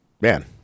man